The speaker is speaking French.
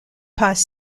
pas